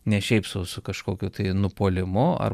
ne šiaip sau su kažkokiu tai nupuolimu ar